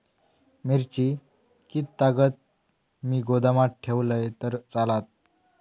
मिरची कीततागत मी गोदामात ठेवलंय तर चालात?